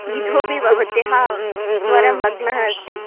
इतोपि भवत्याः स्वरः भग्नः अस्ति